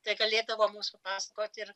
tai galėdavo mums pasakoti ir